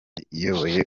iyoboye